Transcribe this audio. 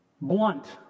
blunt